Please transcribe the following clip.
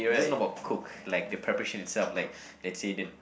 this not about cook like the preparation itself like let's say the